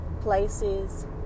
places